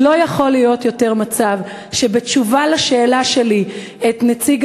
כי לא יכול להיות יותר מצב שהתשובה על השאלה שלי את נציג